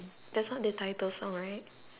that's not the title song right